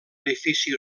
edifici